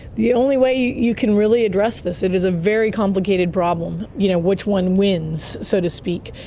the only way you can really address this. it is a very complicated problem, you know which one wins, so to speak.